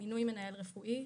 מינוי מנהל רפואי,